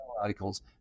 articles